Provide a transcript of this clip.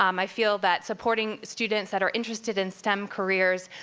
um i feel that supporting students that are interested in stem careers,